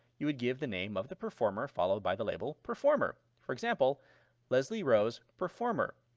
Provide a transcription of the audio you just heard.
you would give the name of the performer followed by the label performer. for example leslie, rose, performer.